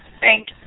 Thank